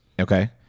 Okay